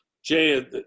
Jay